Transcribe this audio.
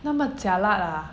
那么 jialat ah